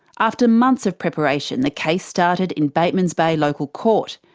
after months of preparation, the case started in batemans bay local court.